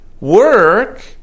work